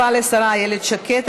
תודה רבה לשרה איילת שקד.